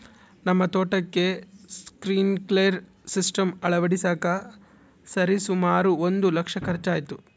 ನಮ್ಮ ತೋಟಕ್ಕೆ sprinkler system ಅಳವಡಿಸಕ ಸರಿಸುಮಾರು ಒಂದು ಲಕ್ಷ ಖರ್ಚಾಯಿತು